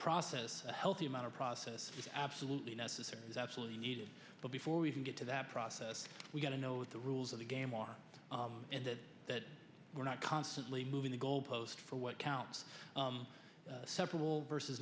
process a healthy amount of process is absolutely necessary is absolutely needed but before we can get to that process we've got to know what the rules of the game are and that that we're not constantly moving the goal post for what counts several versus